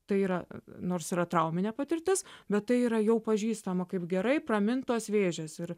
tai yra nors yra trauminė patirtis bet tai yra jau pažįstama kaip gerai pramintos vėžės ir